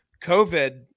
covid